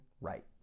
right